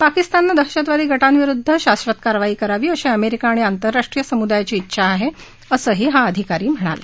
पाकिस्ताननं दहशतवादी गटांविरुद्ध शाश्वत कारवाई करावी अशी अमेरिका आणि आंतरराष्ट्रीय समुदायाची उंछा आहे असं हा अधिकारी म्हणाला